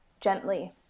Gently